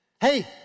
Hey